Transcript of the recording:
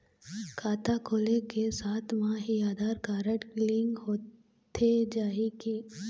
खाता खोले के साथ म ही आधार कारड लिंक होथे जाही की?